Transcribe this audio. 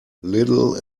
little